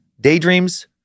daydreams